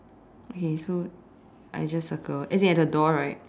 okay so I just circle as in at the door right